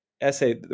essay